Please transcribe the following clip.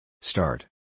Start